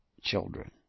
children